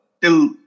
till